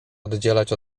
oddzielać